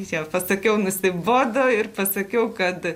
jau pasakiau nusibodo ir pasakiau kad